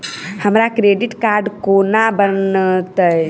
हमरा credit card कोना बनतै?